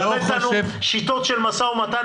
תלמד אותנו שיטות של משא ומתן,